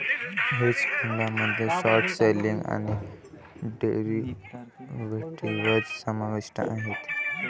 hedge फंडामध्ये short selling आणि derivatives समाविष्ट आहेत